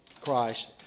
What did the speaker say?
Christ